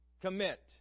Commit